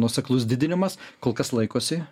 nuoseklus didinimas kol kas laikosi